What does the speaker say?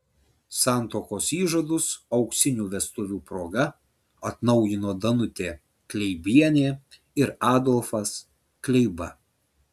santuokos įžadus auksinių vestuvių proga atnaujino danutė kleibienė ir adolfas kleiba